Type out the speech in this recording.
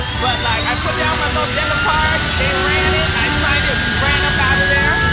but, like, i put down my little debit card. they ran it. i signed it. we ran up out of there.